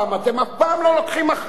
אתם אף פעם לא לוקחים אחריות,